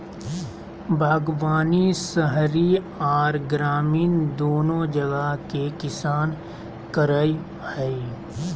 बागवानी शहरी आर ग्रामीण दोनो जगह के किसान करई हई,